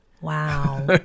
Wow